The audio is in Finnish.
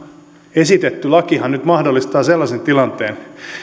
esitetty lakihan nyt mahdollistaa sellaisen tilanteen